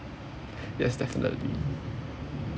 yes definitely